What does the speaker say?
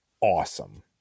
awesome